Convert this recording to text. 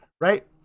right